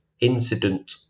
Incident